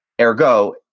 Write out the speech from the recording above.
ergo